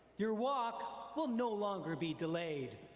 your walk will no longer be delayed.